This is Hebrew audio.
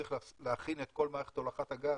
צריך להכין את כל מערכת הולכת הגז